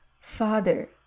Father